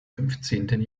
fünfzehnten